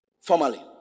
Formally